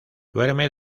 duerme